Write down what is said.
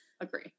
agree